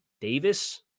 Davis